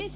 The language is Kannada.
ಎಸ್